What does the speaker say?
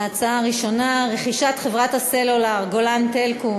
ההצעה הראשונה: רכישת חברת הסלולר "גולן טלקום"